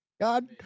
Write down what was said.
God